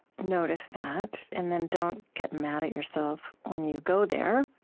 notice that, and then don't get mad at yourself when you go there,